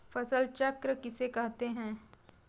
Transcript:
फसल चक्र किसे कहते हैं?